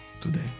today